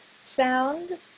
sound